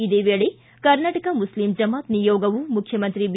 ಇದೇ ವೇಳೆ ಕರ್ನಾಟಕ ಮುಸ್ಲಿಂ ಜಮಾತ್ ನಿಯೋಗವು ಮುಖ್ಯಮಂತ್ರಿ ಬಿ